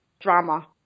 drama